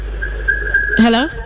Hello